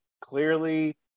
Clearly